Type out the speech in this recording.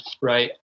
Right